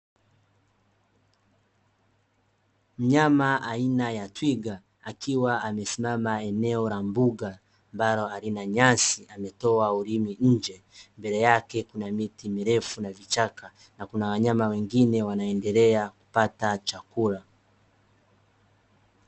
Mnyama aina ya twiga akiwa amesimama eneo la mbuga, ambalo halina nyasi, ametoa ulimi nje. Mbele yake kuna miti mirefu na vichaka, na kuna wanyama wengine wakiendelea kupata chakula.